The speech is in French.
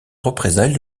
représailles